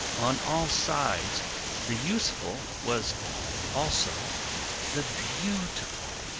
on all sides the useful was also the beautiful.